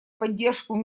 поддержку